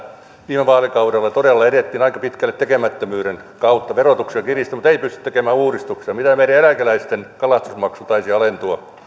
viime vaalikaudella todella edettiin aika pitkälle tekemättömyyden kautta verotusta kiristettiin mutta ei pystytty tekemään uudistuksia mitä nyt meidän eläkeläisten kalastusmaksu taisi